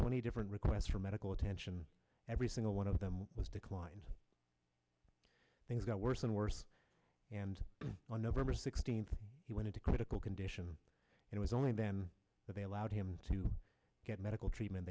twenty different requests for medical attention every single one of them was declined things got worse and worse and on november sixteenth he wanted to critical condition it was only then that they allowed him to get medical treatment